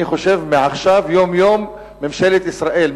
אני חושב שמעכשיו יום-יום ממשלת ישראל,